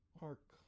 Mark